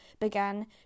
began